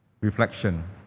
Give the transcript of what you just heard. reflection